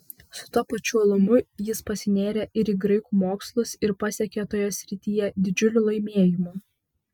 su tuo pačiu uolumu jis pasinėrė ir į graikų mokslus ir pasiekė toje srityje didžiulių laimėjimų